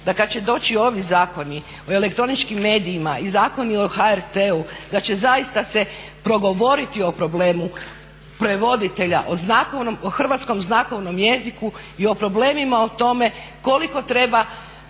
da kada će doći ovi Zakoni o elektroničkim medijima i Zakoni o HRT-u da će zaista se progovoriti o problemu prevoditelja, o Hrvatskom znakovnom jeziku i o problemima o tome koliko treba